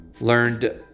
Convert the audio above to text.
learned